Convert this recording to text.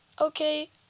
Okay